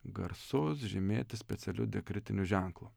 garsus žymėti specialiu diakritiniu ženklu